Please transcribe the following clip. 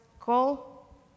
call